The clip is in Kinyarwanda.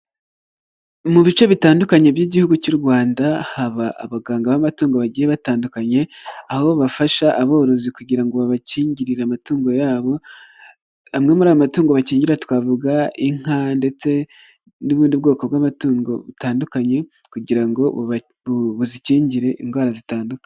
Mu bice bitandukanye by'igihugu cy'u Rwanda haba abaganga b'amatungo bagiye batandukanye, aho bafasha aborozi kugira ngo babakingirire amatungo yabo, amwe muri amatungo bakingira twavuga inka, ndetse n'ubundi bwoko bw'amatungo butandukanye kugira ngo bazikingire indwara zitandukanye.